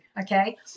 okay